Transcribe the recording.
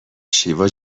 شیوا